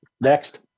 Next